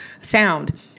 sound